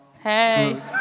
Hey